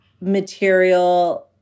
material